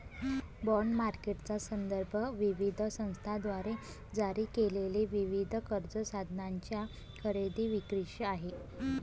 bond मार्केटचा संदर्भ विविध संस्थांद्वारे जारी केलेल्या विविध कर्ज साधनांच्या खरेदी विक्रीशी आहे